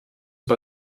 bei